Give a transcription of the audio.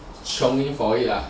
strongly for it ah